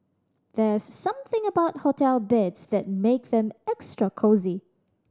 there's something about hotel beds that make them extra cosy